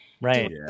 right